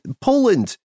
Poland